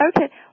Okay